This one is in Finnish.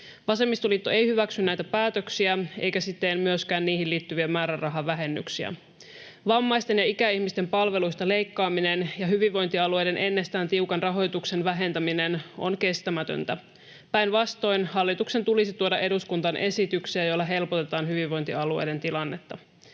Vasemmistoliitto ei hyväksy näitä päätöksiä eikä siten myöskään niihin liittyviä määrärahavähennyksiä. Vammaisten ja ikäihmisten palveluista leikkaaminen ja hyvinvointialueiden ennestään tiukan rahoituksen vähentäminen on kestämätöntä. Päinvastoin hallituksen tulisi tuoda eduskuntaan esityksiä, joilla helpotetaan hyvinvointialueiden tilannetta.